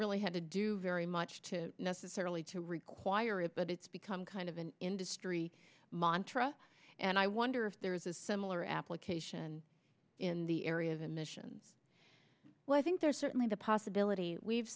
really had to do very much to necessarily to require it but it's become kind of an industry montra and i wonder if there is a similar application in the area of emissions well i think there's certainly the possibility we've